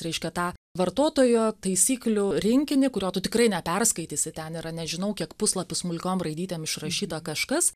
reiškia tą vartotojo taisyklių rinkinį kurio tu tikrai neperskaitysi ten yra nežinau kiek puslapių smulkiom raidytėm išrašyta kažkas